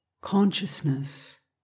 consciousness